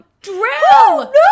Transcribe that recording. Drill